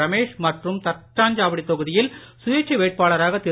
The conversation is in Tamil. ரமேஷ் மற்றும் தட்டாஞ்சாவடி தொகுதியில் சுயேட்சை வேட்பாளராக திரு